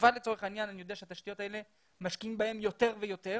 בצרפת לצורך העניין אני יודע שמשקיעים בתשתיות האלה יותר ויותר.